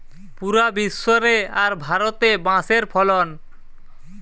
পুরা বিশ্ব রে আর ভারতে বাঁশের ফলন